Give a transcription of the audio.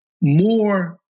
more